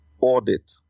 audit